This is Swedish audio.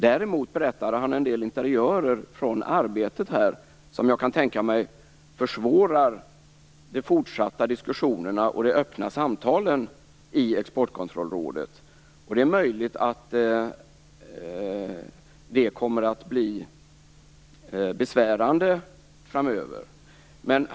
Däremot berättade han en del interiörer från arbetet som jag kan tänka mig försvårar de fortsatta diskussionerna och de öppna samtalen i Exportkontrollrådet. Det är möjligt att det kommer att bli besvärande framöver.